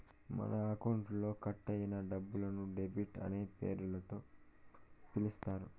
మన అకౌంట్లో కట్ అయిన డబ్బులను డెబిట్ అనే పేరుతో పిలుత్తారు